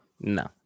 No